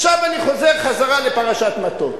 עכשיו אני חוזר חזרה לפרשת מטות.